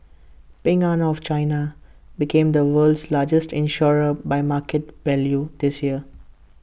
Ping an of China became the world's largest insurer by market value this year